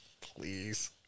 Please